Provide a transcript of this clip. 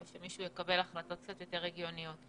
כשמישהו יקבל החלטות קצת יותר הגיוניות.